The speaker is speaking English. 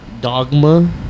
dogma